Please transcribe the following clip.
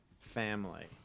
family